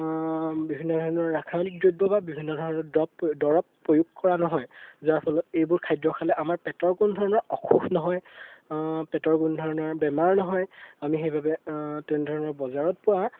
বিভিন্ন ধৰণৰ ৰাসায়নিক দ্ৰব্য বা বিভিন্ন ধৰণৰ দব দৰব প্ৰয়োগ কৰা নহয় যাৰ ফলত এইবোৰ খাদ্য খালে আমাৰ পেটৰ কোনো ধৰণৰ অসুখ নহয় পেটৰ কোনো ধৰণৰ বেমাৰ নহয় আমি সেইবাবে তেনেধৰণৰ বজাৰত পোৱা